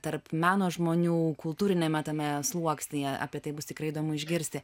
tarp meno žmonių kultūriniame tame sluoksnyje apie tai bus tikrai įdomu išgirsti